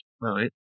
Right